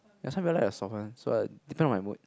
ya some people like the soft one so like depend on my mood